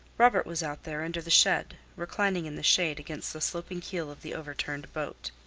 robert was out there under the shed, reclining in the shade against the sloping keel of the overturned boat.